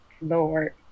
Lord